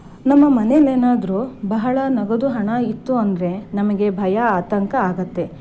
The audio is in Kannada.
ನಮ್ಮ ಮನೆಲೇನಾದ್ರೂ ಬಹಳ ನಗದು ಹಣ ಇತ್ತು ಅಂದರೆ ನಮಗೆ ಭಯ ಆತಂಕ ಆಗುತ್ತೆ